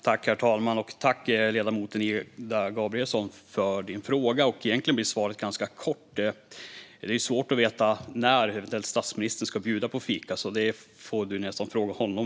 Herr talman! Tack, ledamoten Ida Gabrielsson, för din fråga! Svaret blir egentligen ganska kort. Det är svårt att veta när statsministern ska bjuda på fika. Det får du nästan själv fråga honom.